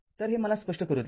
तर हे मला स्पष्ट करू द्या